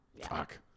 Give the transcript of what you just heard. Fuck